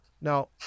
Now